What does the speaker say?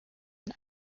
and